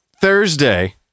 Thursday